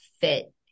fit